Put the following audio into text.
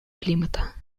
климата